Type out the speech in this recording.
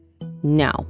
No